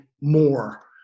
more